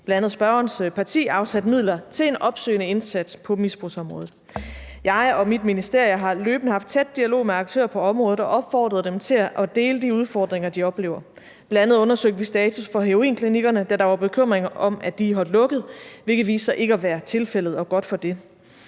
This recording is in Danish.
bl.a. spørgerens parti, afsat midler til en opsøgende indsats på misbrugsområdet. Jeg og mit ministerium har løbende haft tæt dialog med aktører på området og opfordret dem til at dele de udfordringer, de oplever. Bl.a. undersøgte vi status for heroinklinikkerne, da der var bekymring om, at de holdt lukket, hvilket viste sig ikke at være tilfældet – og godt for det.